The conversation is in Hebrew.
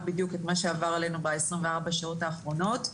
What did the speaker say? בדיוק את מה שעבר עלינו ב-24 השעות האחרונות.